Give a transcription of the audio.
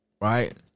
right